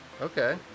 okay